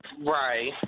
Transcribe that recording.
Right